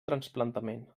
trasplantament